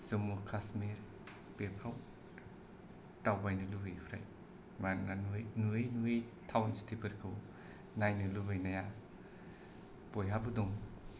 जम्मु काश्मीर बेफोराव दावबायनो लुबैयो फ्राय मानोना नुयै नुयै टाउन सिटि फोरखौ नायनो लुबैनाया बयहाबो दं